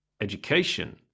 education